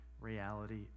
reality